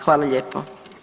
Hvala lijepo.